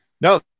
no